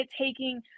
taking